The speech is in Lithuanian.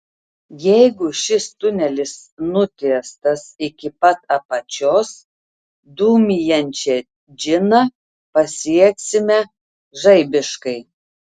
jeigu šis tunelis nutiestas iki pat apačios dūmijančią džiną pasieksime žaibiškai